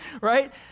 Right